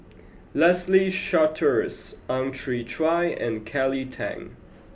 Leslie Charteris Ang Chwee Chai and Kelly Tang